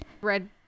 Red